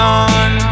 on